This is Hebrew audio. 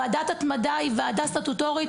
ועדת התמדה היא ועדה סטטוטורית,